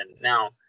Now